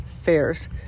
fairs